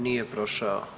Nije prošao.